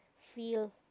feel